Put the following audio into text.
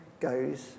goes